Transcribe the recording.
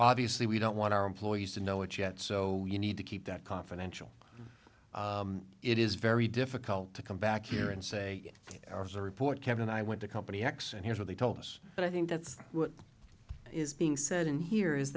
obviously we don't want our employees to know it yet so you need to keep that confidential it is very difficult to come back here and say i was a reporter kevin i went to company x and here's what they told us and i think that's what is being said in here is